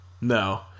No